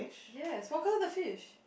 yes what colour is the fish